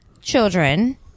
children